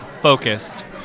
focused